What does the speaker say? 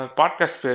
podcast